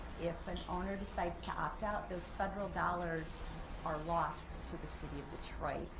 if an owner decides to opt out, those federal dollars are lost to the city of detroit.